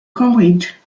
cambridge